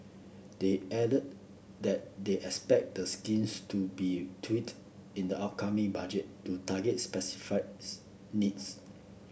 they added that they expect the scheme to be tweaked in the upcoming budget to target specific needs